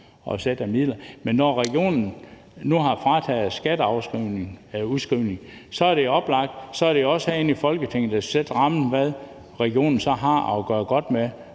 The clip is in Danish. Men når regionerne nu er frataget skatteudskrivningen, er det jo oplagt, at det er os herinde i Folketinget, der skal sætte rammen for, hvad regionerne så har at gøre godt med,